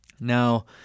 Now